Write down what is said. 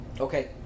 Okay